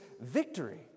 victory